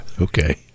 Okay